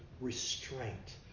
restraint